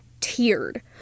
tiered